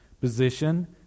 position